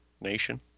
nation